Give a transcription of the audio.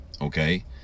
Okay